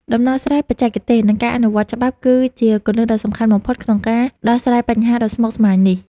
ដំណោះស្រាយបច្ចេកទេស និងការអនុវត្តច្បាប់គឺជាគន្លឹះដ៏សំខាន់បំផុតក្នុងការដោះស្រាយបញ្ហាដ៏ស្មុគស្មាញនេះ។